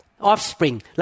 offspring